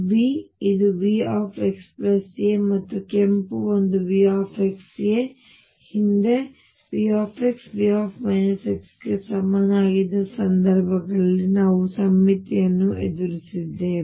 ಆದ್ದರಿಂದ v ಇದು V xa ಮತ್ತು ಕೆಂಪು ಒಂದು V ಹಿಂದೆ V V ಗೆ ಸಮನಾಗಿದ್ದ ಸಂದರ್ಭಗಳಲ್ಲಿ ನಾವು ಸಮ್ಮಿತಿಯನ್ನು ಎದುರಿಸಿದ್ದೇವೆ